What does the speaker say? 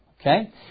okay